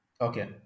Okay